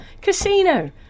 casino